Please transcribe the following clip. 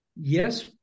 Yes